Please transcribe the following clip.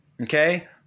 Okay